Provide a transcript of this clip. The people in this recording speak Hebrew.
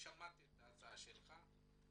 שמעתי את ההצעה שלך,